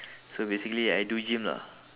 so basically I do gym lah